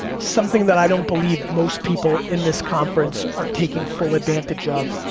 something that i don't believe most people in this conference are taking full advantage of,